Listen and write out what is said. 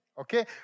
Okay